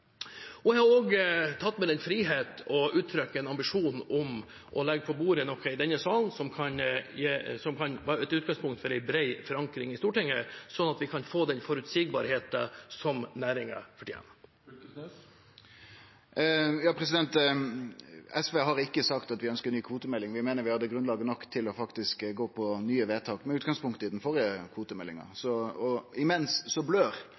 Jeg har også tatt meg den frihet å uttrykke en ambisjon om å legge noe på bordet for denne salen som kan være et utgangspunkt for en bred forankring i Stortinget, slik at vi kan få den forutsigbarheten som næringen fortjener. Torgeir Knag Fylkesnes – til oppfølgingsspørsmål. SV har ikkje sagt at vi ønskjer ei ny kvotemelding. Vi meiner at det med utgangspunkt i den førre kvotemeldinga er nok grunnlag for å gjere nye vedtak.